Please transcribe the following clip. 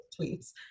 tweets